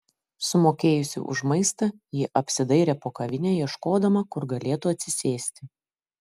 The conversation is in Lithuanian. sumokėjusi už maistą ji apsidairė po kavinę ieškodama kur galėtų atsisėsti